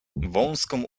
wąską